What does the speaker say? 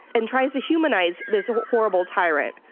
and tries to humanize this horrible tyrant.